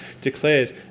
declares